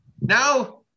now